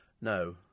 No